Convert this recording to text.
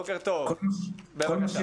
בבקשה.